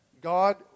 God